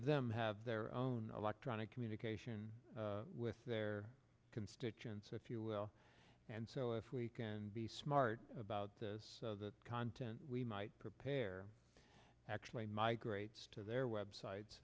of them have their own electronic communication with their constituents if you will and so if we can be smart about the content we might prepare actually migrates to their website